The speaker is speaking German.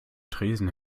tresen